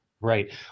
right